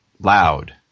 loud